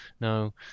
no